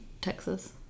texas